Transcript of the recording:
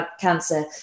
cancer